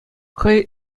хӑй